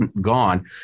gone